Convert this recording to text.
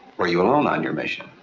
were you alone on your mission?